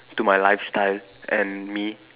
to my lifestyle and me